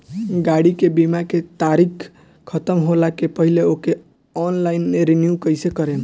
गाड़ी के बीमा के तारीक ख़तम होला के पहिले ओके ऑनलाइन रिन्यू कईसे करेम?